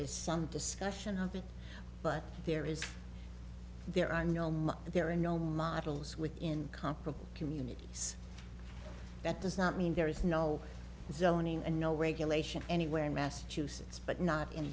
is some discussion of it but there is there are no more and there are no models within comparable communities that does not mean there is no zoning and no regulation anywhere in massachusetts but not in